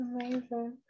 amazing